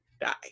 die